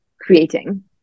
creating